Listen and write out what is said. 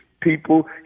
People